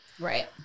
Right